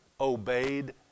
obeyed